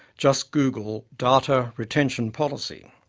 just google data retention policy.